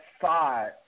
side